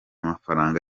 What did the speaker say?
mafaranga